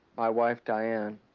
my wife diane